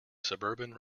suburban